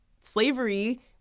slavery